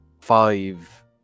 five